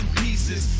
pieces